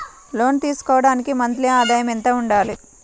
లోను తీసుకోవడానికి మంత్లీ ఆదాయము ఎంత ఉండాలి?